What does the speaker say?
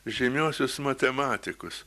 žymiuosius matematikus